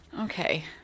Okay